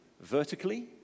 vertically